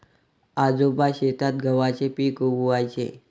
आजोबा शेतात गव्हाचे पीक उगवयाचे